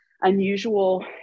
unusual